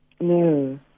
No